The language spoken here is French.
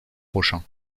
prochain